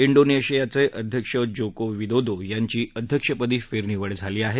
इंडोनेशियाचे अध्यक्ष Joko Widodo यांची अध्यक्षपदी फेरनिवड झाली आहे